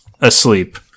Asleep